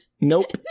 nope